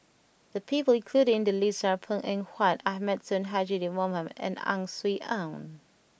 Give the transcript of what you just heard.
the people included in the list are Png Eng Huat Ahmad Sonhadji Mohamad and Ang Swee Aun